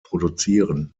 produzieren